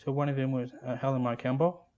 one of them was helen mar kimball,